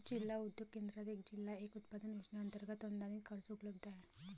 जिल्हा उद्योग केंद्रात एक जिल्हा एक उत्पादन योजनेअंतर्गत अनुदानित कर्ज उपलब्ध आहे